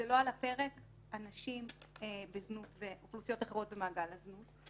זה לא על הפרק הנשים בזנות ואוכלוסיות אחרות במעגל הזנות.